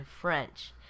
French